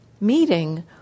meeting